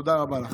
תודה רבה לך.